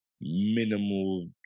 minimal